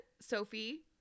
Sophie